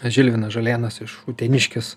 žilvinas žalėnas iš uteniškis